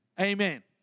Amen